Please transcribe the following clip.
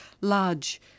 large